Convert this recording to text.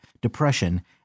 depression